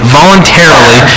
voluntarily